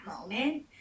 moment